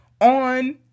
on